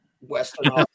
western